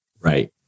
Right